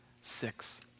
six